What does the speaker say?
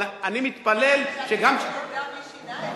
אבל אני מתפלל, שהציבור ידע מי שינה את זה.